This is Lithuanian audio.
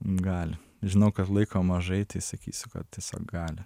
gali žinau kad laiko mažai tai sakysiu kad tiesiog gali